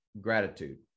gratitude